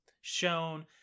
shown